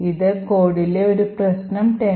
ഈ കോഡിലെ ഒരു പ്രശ്നം 10